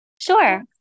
Sure